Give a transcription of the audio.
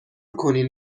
کنین